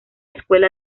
escuela